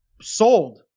sold